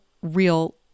real